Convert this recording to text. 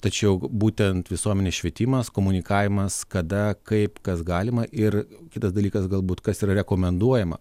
tačiau būtent visuomenės švietimas komunikavimas kada kaip kas galima ir kitas dalykas galbūt kas yra rekomenduojama